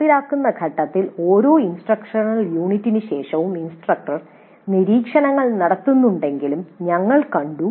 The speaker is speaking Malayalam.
നടപ്പിലാക്കുന്ന ഘട്ടത്തിൽ ഓരോ ഇൻസ്ട്രക്ഷണൽ യൂണിറ്റിനുശേഷവും ഇൻസ്ട്രക്ടർ നിരീക്ഷണങ്ങൾ നടത്തുന്നുണ്ടെന്നും ഞങ്ങൾ കണ്ടു